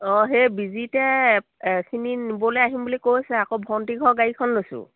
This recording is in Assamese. অঁ সেই বিজিতে এইখিনি নিবলৈ আহিম বুলি কৈছে আকৌ ভণ্টি ঘৰ গাড়ীখন লৈছোঁ